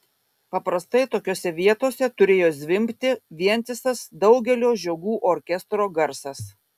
paprastai tokiose vietose turėjo zvimbti vientisas daugelio žiogų orkestro garsas